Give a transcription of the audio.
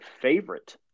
favorite